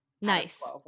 nice